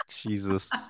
Jesus